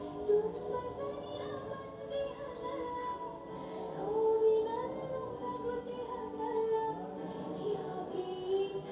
stock ಪ್ರಮಾಣ ಪತ್ರ ಷೇರಗಳ ಸಂಖ್ಯೆ ಖರೇದಿಸಿದ ದಿನಾಂಕ ಗುರುತಿನ ಸಂಖ್ಯೆ ಕಾರ್ಪೊರೇಟ್ ಸೇಲ್ ಸಹಿ ಇವೆಲ್ಲಾ ಇರ್ತಾವ